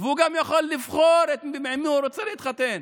והוא גם יכול לבחור עם מי הוא רוצה להתחתן.